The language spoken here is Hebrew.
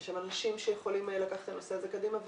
יש אנשים שיכולים לקחת את הנושא הזה קדימה.